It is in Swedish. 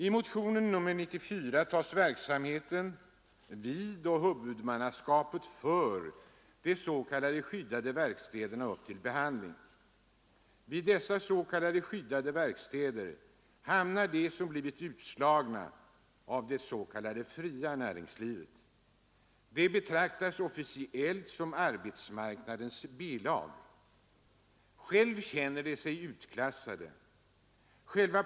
I motionen 94 tas verksamheten vid och huvudmannaskapet för de s.k. skyddade verkstäderna upp till behandling. Vid dessa skyddade verkstäder hamnar de som blivit utslagna av det s.k. fria näringslivet. De betraktas officiellt som arbetsmarknadens B-lag. Själva känner de sig utklassade.